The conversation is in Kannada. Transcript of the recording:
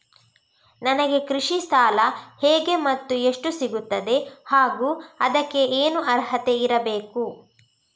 ನನಗೆ ಕೃಷಿ ಸಾಲ ಹೇಗೆ ಮತ್ತು ಎಷ್ಟು ಸಿಗುತ್ತದೆ ಹಾಗೂ ಅದಕ್ಕೆ ಏನು ಅರ್ಹತೆ ಇರಬೇಕು?